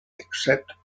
except